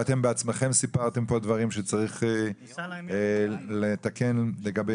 ואתם בעצמכם סיפרתם פה דברים שצריך לתקן לגבי